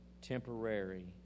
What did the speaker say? temporary